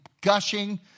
gushing